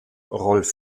rolf